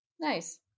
Nice